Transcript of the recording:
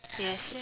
yes